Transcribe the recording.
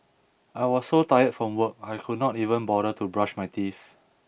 I was so tired from work I could not even bother to brush my teeth